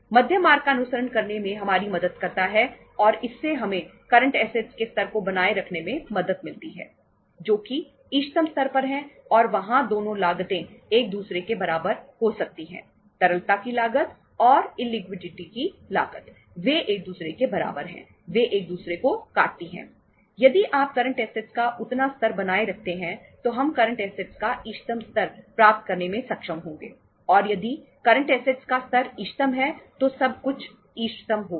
मध्य मार्ग का अनुसरण करने में हमारी मदद करता है और इससे हमें करंट ऐसेटस का स्तर इष्टतम है तो सब कुछ इष्टतम होगा